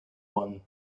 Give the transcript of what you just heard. one